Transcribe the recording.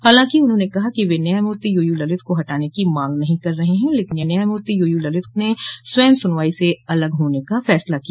हालांकि उन्होंने कहा कि वे न्यायमूर्ति यूयू ललित को हटाने की मांग नहीं कर रहे हैं लेकिन न्यायमूर्ति ललित ने स्वयं सुनवाई से अलग होने का फैसला किया